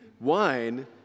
wine